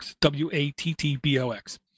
W-A-T-T-B-O-X